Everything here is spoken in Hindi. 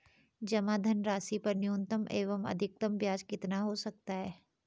जमा धनराशि पर न्यूनतम एवं अधिकतम ब्याज कितना हो सकता है?